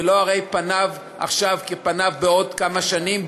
ולא הרי פניו עכשיו כפניו בעוד כמה שנים,